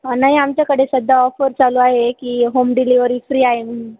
नाही आमच्याकडे सध्या ऑफर चालू आहे की होम डिलिवरी फ्री आहे म्हणून